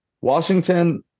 Washington